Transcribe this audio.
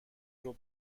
ربع